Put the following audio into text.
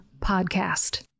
podcast